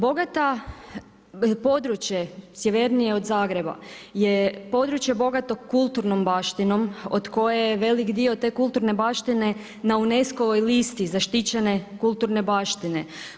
Bogato područje sjevernije od Zagreba je područje bogato kulturnom baštinom od koje je velik dio te kulturne baštine na UNESCO-ovoj listi zaštićene kulturne baštine.